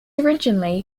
originally